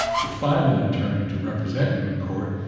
to find an attorney to represent you in court,